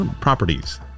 properties